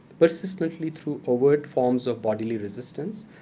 persistently through overt forms of bodily resistance,